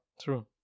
true